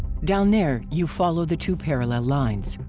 down there you follow the two parallel lines.